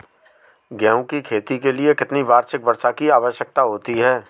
गेहूँ की खेती के लिए कितनी वार्षिक वर्षा की आवश्यकता होती है?